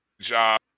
job